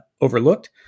overlooked